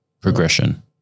progression